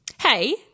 Hey